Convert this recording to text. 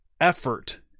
effort